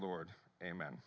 lord amen